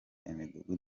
imidugudu